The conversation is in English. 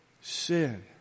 sin